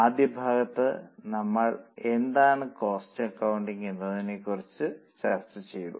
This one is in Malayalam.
ആദ്യ ഭാഗത്ത് നമ്മൾ എന്താണ് കോസ്റ്റ് അക്കൌണ്ടിംഗ് എന്നതിനെക്കുറിച്ച് ചർച്ച ചെയ്തു